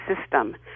system